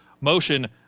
Motion